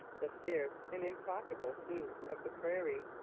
the fierce and implacable sioux of the prairie.